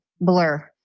blur